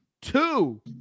two